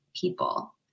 people